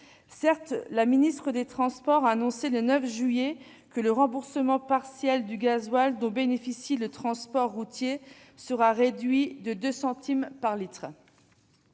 Certes, la ministre des transports a annoncé le 9 juillet que le remboursement partiel du gazole dont bénéficie ce secteur sera réduit de 2 centimes par litre.